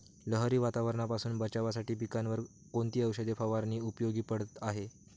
लहरी वातावरणापासून बचावासाठी पिकांवर कोणती औषध फवारणी उपयोगी पडत आहे?